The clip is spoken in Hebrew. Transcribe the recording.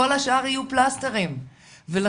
כל השאר יהיו פלסטרים ולכן,